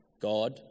God